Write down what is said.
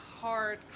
hard